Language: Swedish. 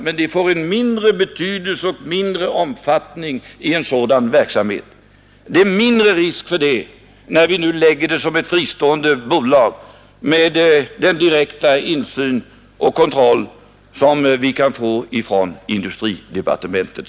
Men jag har i svaret beträffande Investeringsbanken velat framhålla att banken ställer sig öppen för en medverkan till lån också till de mindre och medelstora företagen och vill utöka denna sin verksamhet.